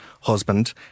husband